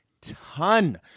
ton